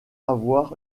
avoir